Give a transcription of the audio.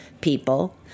people